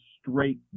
straight